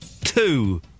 Two